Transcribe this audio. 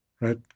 right